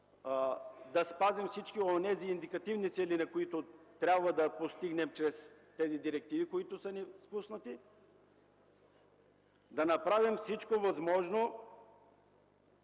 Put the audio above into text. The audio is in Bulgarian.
да спазим всички онези индикативни цели, които трябва да постигнем чрез директивите, които са ни спуснати. Да направим всичко възможно